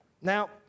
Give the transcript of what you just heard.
Now